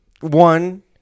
one